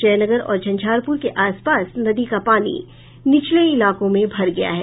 जयनगर और झंझारपुर के आसपास नदी का पानी निचले इलाकों में भर गया है